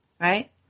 right